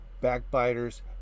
backbiters